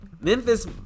Memphis